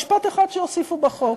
משפט אחד שיוסיפו בחוק,